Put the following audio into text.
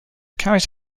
carries